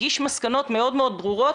הגיש מסקנות מאוד מאוד ברורות,